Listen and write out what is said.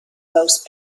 most